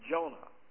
Jonah